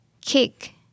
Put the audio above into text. kick